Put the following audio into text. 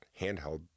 handheld